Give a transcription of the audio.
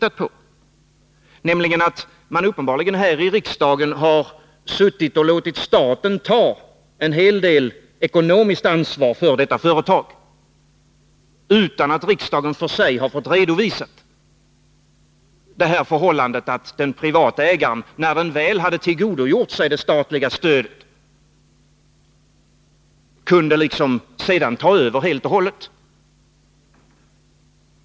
Av allt att döma har riksdagen låtit staten ta en hel del ekonomiskt ansvar för detta företag utan att riksdagen för sig har fått redovisat det förhållandet att den privata ägaren, när man väl hade tillgodogjort sig det statliga stödet, kunde ta över helt och hållet.